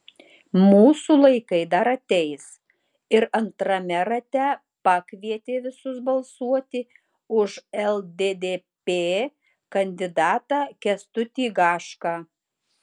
mūsų laikai dar ateis ir antrame rate pakvietė visus balsuoti už lddp kandidatą kęstutį gašką